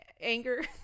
anger